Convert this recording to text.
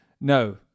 No